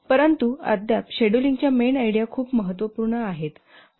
परंतु अद्याप शेड्यूलिंगच्या मेन आयडिया खूप महत्त्वपूर्ण आहेत